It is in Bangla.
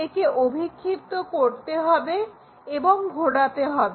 একে অভিক্ষিপ্ত করতে হবে এবং ঘোরাতে হবে